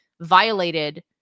violated